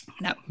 no